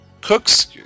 Cooks